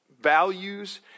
values